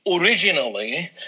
originally